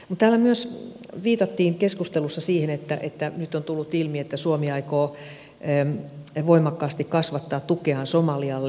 täällä myös viitattiin keskustelussa siihen että nyt on tullut ilmi että suomi aikoo voimakkaasti kasvattaa tukeaan somalialle